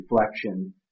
reflection